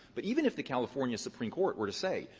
but even if the california supreme court were to say,